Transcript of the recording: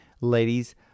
ladies